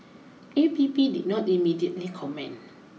A P P did not immediately comment